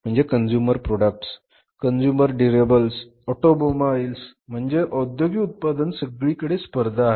म्हणजे consumer products consumer durables automobiles म्हणजे औद्योगिक उत्पादनं सगळीकडे स्पर्धा आहे